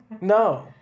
No